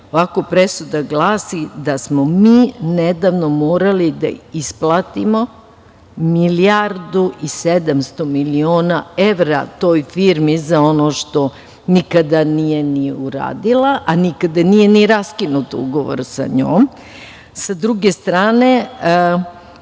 ovako presuda glasi, da smo mi nedavno morali da isplatimo milijardu i 700 miliona evra toj firmi za ono što nikada nije ni uradila, a nikada nije ni raskinut ugovor sa njom. Sa